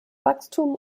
wachstum